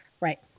Right